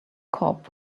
cop